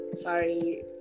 Sorry